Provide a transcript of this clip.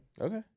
Okay